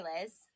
Liz